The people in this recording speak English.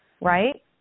Right